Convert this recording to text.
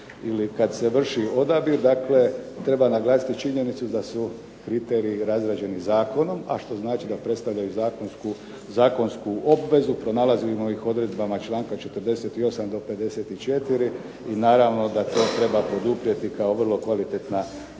kada se vrši odabir, treba naglasiti činjenicu da su kriteriji razrađeni zakonom, a što znači da predstavljaju zakonsku obvezu. Pronalazimo ih odredbama članka 48. do 54. i naravno da to treba poduprijeti kao vrlo kvalitetna zakonska